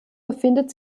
befindet